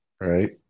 Right